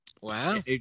Wow